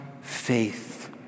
faith